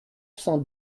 cent